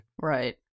Right